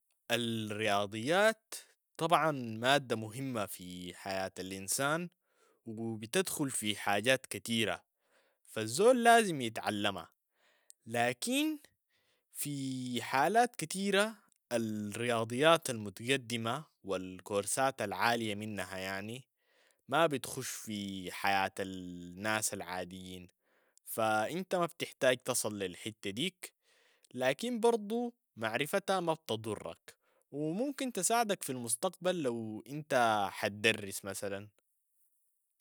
الرياضيات طبعا مادة مهمة في حياة الانسان و بتدخل في حاجات كتيرة، فالزول لازم يتعلمها، لكن في حالات كتيرة الرياضيات المتقدمة و الكورسات العالية منها يعني، ما بتخش في حياة ال- ناس العاديين، فا انت ما بتحتاج تصل الحتى ديك، لكن برضو معرفتها م بتضرك و ممكن تساعدك في المستقبل لو انت حتدرس مثلا.